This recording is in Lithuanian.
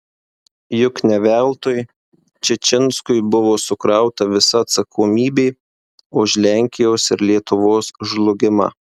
juk ne veltui čičinskui buvo sukrauta visa atsakomybė už lenkijos ir lietuvos žlugimą